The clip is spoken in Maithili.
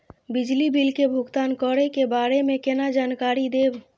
बिजली बिल के भुगतान करै के बारे में केना जानकारी देब?